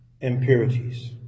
impurities